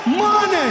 money